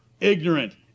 ignorant